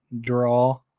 draw